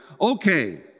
okay